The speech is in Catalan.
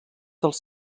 dels